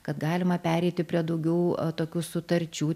kad galima pereiti prie daugiau a tokių sutarčių